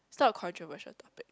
it's not a controversial topic